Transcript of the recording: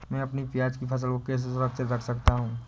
मैं अपनी प्याज की फसल को कैसे सुरक्षित रख सकता हूँ?